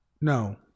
No